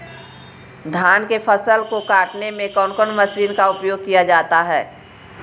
धान के फसल को कटने में कौन माशिन का उपयोग किया जाता है?